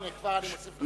כבר אני מוסיף לך.